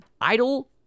Idle